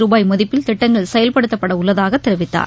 ருபாய் மதிப்பில் திட்டங்கள் செயல்படுத்தப்படவுள்ளதாக தெரிவித்தார்